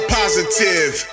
positive